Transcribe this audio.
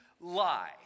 lie